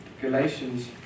Galatians